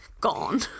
gone